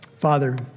Father